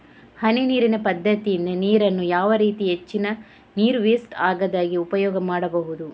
ಹನಿ ನೀರಿನ ಪದ್ಧತಿಯಿಂದ ನೀರಿನ್ನು ಯಾವ ರೀತಿ ಹೆಚ್ಚಿನ ನೀರು ವೆಸ್ಟ್ ಆಗದಾಗೆ ಉಪಯೋಗ ಮಾಡ್ಬಹುದು?